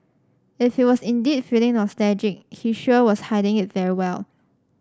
if he was indeed feeling nostalgic he sure was hiding it very well